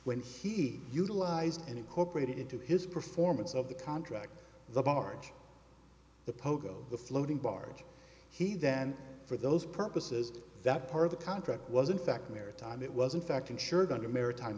went he utilized and incorporated into his performance of the contract the barge the pogo the floating barge he then for those purposes that part of the contract was in fact maritime it wasn't fact insured under maritime